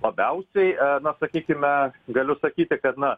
labiausiai nuo sakykime galiu sakyti kad na